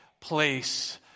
place